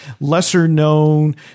lesser-known